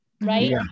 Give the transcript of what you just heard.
right